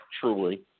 truly